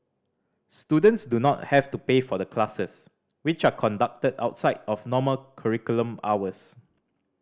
students do not have to pay for the classes which are conducted outside of normal curriculum hours